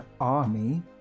army